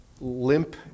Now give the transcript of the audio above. limp